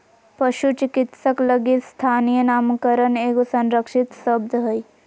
पशु चिकित्सक लगी स्थानीय नामकरण एगो संरक्षित शब्द हइ